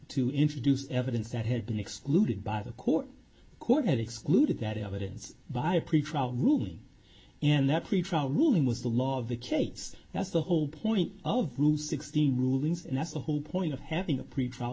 to introduce evidence that had been excluded by the court could have excluded that evidence by a pretrial ruling and that pretrial ruling was the law of the case that's the whole point of sixteen rulings and that's the whole point of having a pretrial